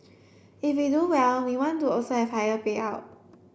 if we do well we want to also have higher payout